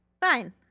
Fine